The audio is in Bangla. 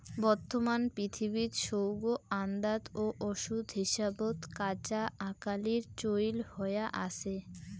বর্তমান পৃথিবীত সৌগ আন্দাত ও ওষুধ হিসাবত কাঁচা আকালির চইল হয়া আছে